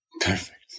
Perfect